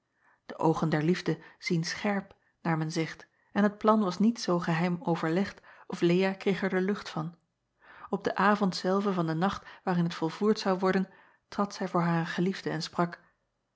e oogen der liefde zien scherp naar men zegt en het plan was niet zoo geheim overlegd of ea kreeg er de lucht van p den avond zelven van de nacht waarin het volvoerd zou worden trad zij voor haren geliefde en sprak